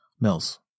Mills